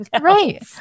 right